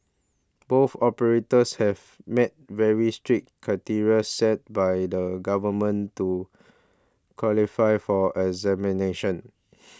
both operators have met very strict criteria set by the government to qualify for examination